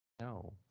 No